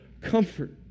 comfort